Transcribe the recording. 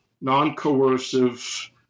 non-coercive